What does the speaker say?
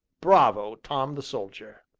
bravo, tom the soldier!